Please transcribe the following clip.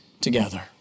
together